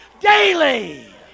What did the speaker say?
daily